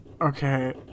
Okay